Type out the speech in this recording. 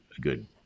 good